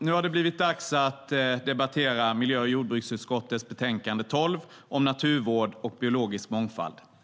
Det har blivit dags att debattera miljö och jordbruksutskottets betänkande 12 om naturvård och biologisk mångfald.